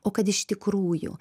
o kad iš tikrųjų